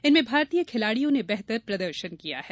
इनमें भारतीय खिलाड़ियों ने बेहतर प्रदर्शन किया है